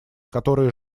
которые